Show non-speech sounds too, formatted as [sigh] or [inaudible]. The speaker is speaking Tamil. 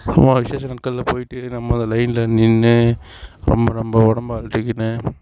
[unintelligible] விசேஷ நாட்கள்ல போய்ட்டு நம்ம லைன்ல நின்று ரொம்ப நம்ம உடம்ப அலட்டிக்கினு